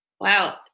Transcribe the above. Wow